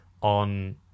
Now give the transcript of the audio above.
on